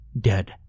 dead